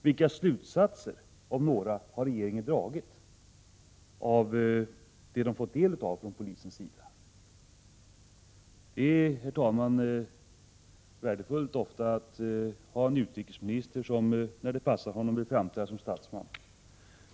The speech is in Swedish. Vilka slutsatser, om några, har regeringen dragit av det material den fått från polisen? Det kan, herr talman, vara värdefullt med en utrikesminister som — när det passar honom — framträder som statsman.